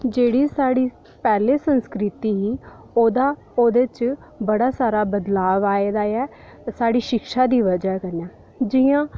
जेह्ड़ी साढ़ी पैह्लें संस्कृति ही ओह्दा ओह्दे च बड़ा सारा बदलाव आएदा ऐ ओह् साढ़ी शिक्षा दी बजह कन्नै जि'यां